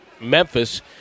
Memphis